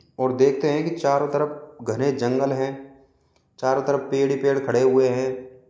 और देखते हैं कि चारों तरफ घने जंगल हैं चारों तरफ पेड़ ही पेड़ खड़े हुए हैं